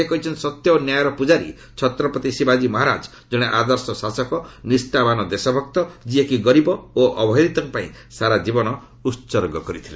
ସେ କହିଛନ୍ତି ସତ୍ୟ ଓ ନ୍ୟାୟର ପୂଜାରୀ ଛତ୍ରପତି ଶିବାଜୀ ମହାରାଜ ଜଣେ ଆଦର୍ଶ ଶାସକ ନିଷ୍ଠାବାନ ଦେଶଭକ୍ତ ଯିଏକି ଗରୀବ ଓ ଅବହେଳିତଙ୍କ ପାଇଁ ସାରାଜୀବନ ଉତ୍ସର୍ଗ କରିଥିଲେ